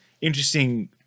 interesting